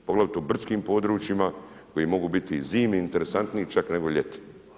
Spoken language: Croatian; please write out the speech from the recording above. Poglavito brdskim područjima koje mogu biti i zimi interesantniji čak nego ljeti.